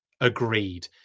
agreed